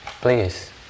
Please